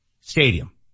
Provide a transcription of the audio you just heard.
stadium